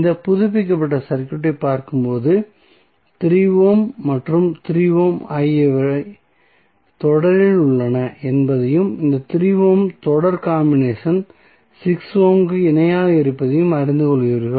இந்த புதுப்பிக்கப்பட்ட சர்க்யூட்டைப் பார்க்கும்போது 3 ஓம் மற்றும் 3 ஓம் ஆகியவை தொடரில் உள்ளன என்பதையும் இந்த 3 ஓம்களின் தொடர் காம்பினேஷன் 6 ஓம்களுக்கு இணையாக இருப்பதையும் அறிந்து கொள்வீர்கள்